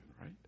right